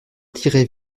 tirait